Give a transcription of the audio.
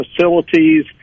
facilities